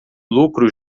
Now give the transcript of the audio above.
lucro